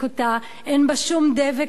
אין בה שום דבק אידיאולוגי.